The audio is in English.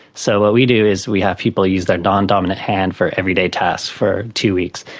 so what we do is we have people use their non-dominant hand for everyday tasks for two weeks.